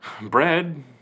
bread